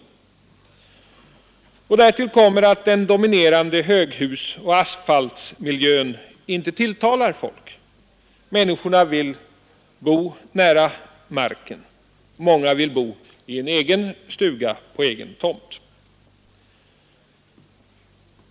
Till detta kommer att den dominerande höghusoch asfaltsmiljön inte tilltalar folk. Människorna vill bo nära marken. Många vill bo i en egen stuga och på egen tomt.